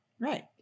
Right